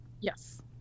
yes